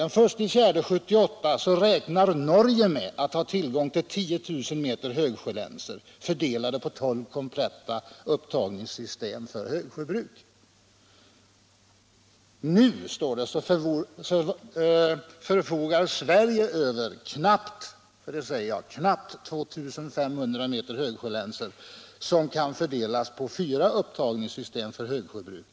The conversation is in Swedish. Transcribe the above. Den 1 april 1978 räknar Norge med att ha tillgång till 10 000 meter högsjölänsor, fördelade på tolv kompletta upptagningssystem för högsjöbruk. Nu — står det — förfogar Sverige över knappt 2 500 högsjölänsor som kan fördelas på fyra upptagningssystem för högsjöbruk.